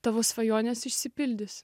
tavo svajonės išsipildys